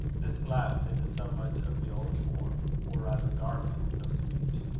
this lapse into so much of the old form, or rather garment, of speech,